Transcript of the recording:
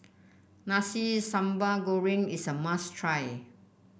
Nasi Sambal Goreng is a must try